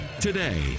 Today